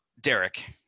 Derek